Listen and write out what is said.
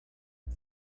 and